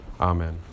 Amen